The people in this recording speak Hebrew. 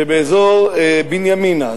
שבאזור בנימינה,